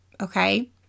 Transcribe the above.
okay